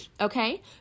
Okay